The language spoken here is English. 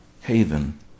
haven